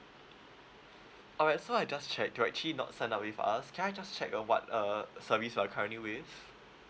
alright so I just check you're actually not signed up with us can I just check uh what uh service you are currently with